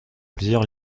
plusieurs